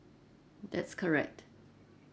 that's correct